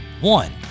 One